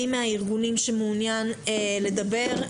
מי הארגונים שמעוניין לדבר,